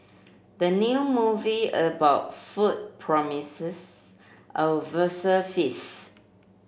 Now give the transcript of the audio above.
the new movie about food promises a verse feast